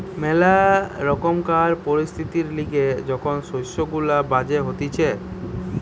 ম্যালা রকমকার পরিস্থিতির লিগে যখন শস্য গুলা বাজে হতিছে